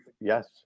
Yes